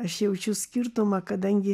aš jaučiu skirtumą kadangi